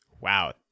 Wow